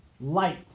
light